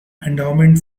endowment